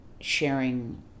sharing